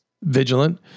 Vigilant